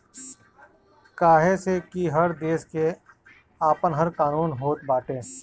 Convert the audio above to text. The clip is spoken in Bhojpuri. काहे से कि हर देस के आपन कर कानून होत बाटे